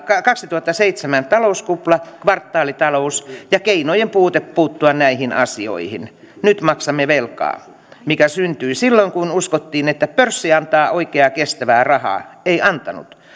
kaksituhattaseitsemän talouskupla kvartaalitalous ja keinojen puute puuttua näihin asioihin nyt maksamme velkaa mikä syntyi silloin kun uskottiin että pörssi antaa oikeaa kestävää rahaa ei antanut